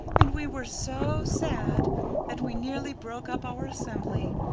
and we were so sad that we nearly broke up our assembly.